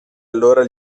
allora